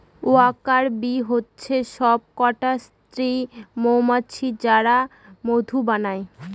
worker bee হচ্ছে সবকটা স্ত্রী মৌমাছি যারা মধু বানায়